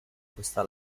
questa